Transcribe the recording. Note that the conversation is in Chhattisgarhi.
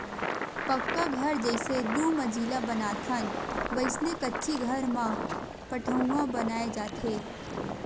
पक्का घर जइसे दू मजिला बनाथन वइसने कच्ची घर म पठउहाँ बनाय जाथे